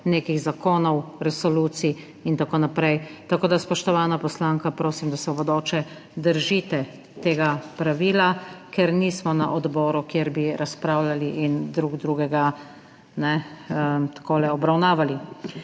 nekih zakonov, resolucij in tako naprej. Tako da, spoštovana poslanka, prosim, da se v bodoče držite tega pravila, ker nismo na odboru, kjer bi razpravljali in drug drugega takole obravnavali.